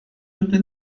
ote